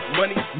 money